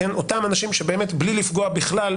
אותם אנשים שבאמת בלי לפגוע בכלל,